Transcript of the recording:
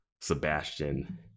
Sebastian